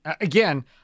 Again